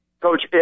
Coach